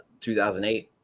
2008